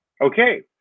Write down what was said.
Okay